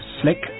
slick